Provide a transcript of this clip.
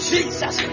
Jesus